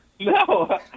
No